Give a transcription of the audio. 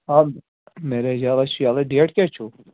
آ marriage hall ہے چھُ یلے ڈیٹ کیٛاہ چھُو